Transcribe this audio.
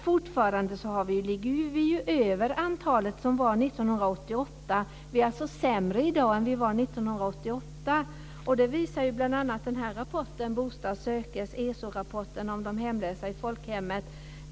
Fortfarande ligger vi över det antal som var 1988. Vi är alltså sämre i dag än vi var 1988. Det visar bl.a. ESO-rapporten Bostad sökes om de hemlösa i folkhemmet.